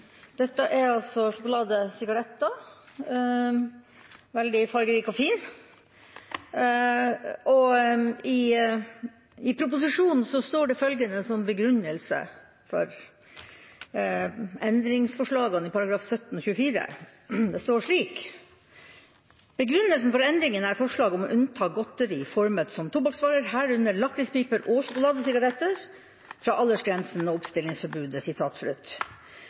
Dette er sjokoladesigaretter, veldig fargerike og fine, og i proposisjonen står følgende som begrunnelse for endringsforslagene i §§ 17 og 24: «Bakgrunnen for endringen er forslaget om å unnta godteri formet som tobakksvarer, herunder lakrispiper og sjokoladesigaretter, fra aldersgrensen og oppstillingsforbudet.»